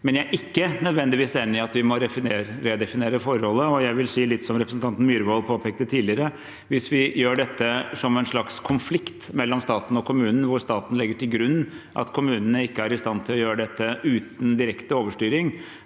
men jeg er ikke nødvendigvis enig i at vi må redefinere forholdet. Jeg vil si det sånn som representanten Myhrvold påpekte det tidligere: Hvis vi gjør dette som en slags konflikt mellom staten og kommunen, hvor staten legger til grunn at kommunene ikke er i stand til å gjøre dette uten direkte overstyring,